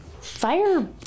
fire